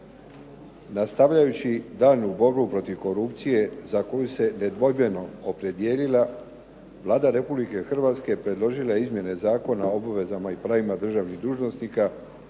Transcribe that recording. Nastavljajući daljnju borbu protiv korupcije za koju se nedvojbeno opredijelila, Vlada Republike Hrvatske predložila je izmjene Zakona o obvezama i pravima državnih dužnosnika,